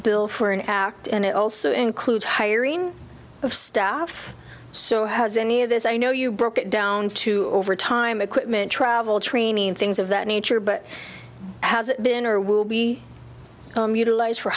bill for an act and it also includes hiring of staff so how does any of this i know you broke it down to over time equipment travel training things of that nature but has it been or will be utilized for